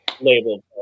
label